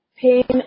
pain